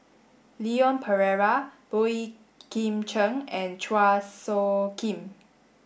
Leon Perera Boey Kim Cheng and Chua Soo Khim